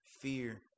fear